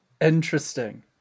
Interesting